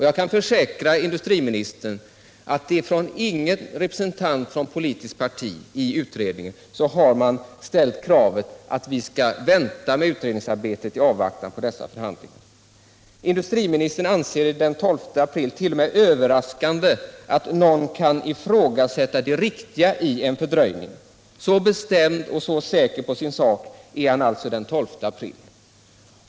Jag kan försäkra industriministern att ingen representant från något politiskt parti i utredningen har ställt kravet att vi skall vänta med utredningsarbetet i avvaktan på dessa förhandlingar. Industriministern anser det den 12 april t.o.m. vara överraskande att någon kan ifrågasätta det riktiga i en fördröjning. Så bestämd och så säker på sin sak är han alltså den 12 april.